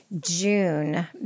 June